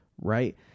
right